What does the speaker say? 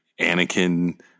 Anakin